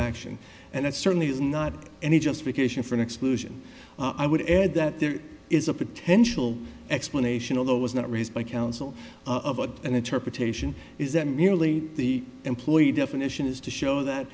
action and it certainly is not any justification for an exclusion i would add that there is a potential explanation although it was not raised by council of what an interpretation is that merely the employee definition is to show that